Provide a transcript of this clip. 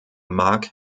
mark